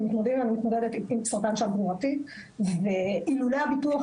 אני התמודדתי עם סרטן שד גרורתי ואילולא ביטוח